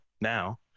now